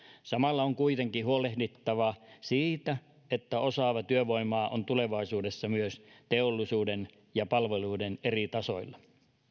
samalla on kuitenkin huolehdittava siitä että osaavaa työvoimaa on tulevaisuudessa myös teollisuuden ja palveluiden eri tasoilla